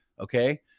Okay